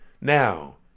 now